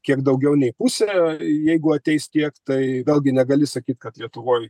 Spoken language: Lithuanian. kiek daugiau nei pusė jeigu ateis tiek tai vėlgi negali sakyt kad lietuvoj